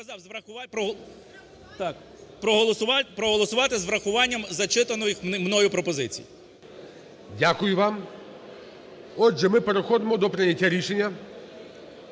Проголосувати з врахуванням зачитаних мною пропозицій. ГОЛОВУЮЧИЙ. Дякую вам. Отже, ми переходимо до прийняття рішення.